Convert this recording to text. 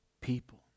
people